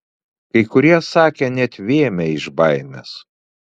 kai kurie sakė net vėmę iš baimės